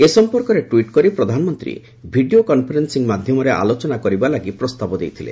ଏ ସଂପର୍କରେ ଟ୍ୱିଟ କରି ପ୍ରଧାନମନ୍ତ୍ରୀ ଭିଡ଼ିଓ କନ୍ଫରେନ୍ସିଂ ମାଧ୍ୟମରେ ଆଲୋଚନା କରିବା ଲାଗି ପ୍ରସ୍ତାବ ଦେଇଥିଲେ